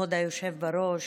כבוד היושב בראש,